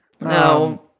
No